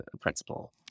principle